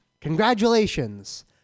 Congratulations